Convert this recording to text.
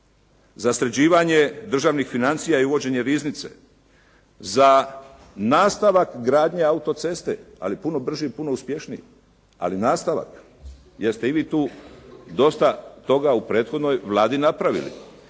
za sređivanje državnih financija i uvođenje riznice, za nastavak gradnje autoceste ali puno brži i puno uspješniji, ali nastavak, jer ste i vi tu dosta toga u prethodnoj Vladi napravili.